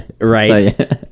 right